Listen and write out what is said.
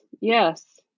Yes